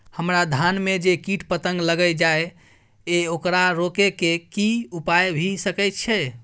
हमरा धान में जे कीट पतंग लैग जाय ये ओकरा रोके के कि उपाय भी सके छै?